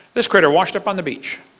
this critter washed up on the beach.